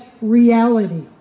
reality